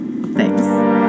Thanks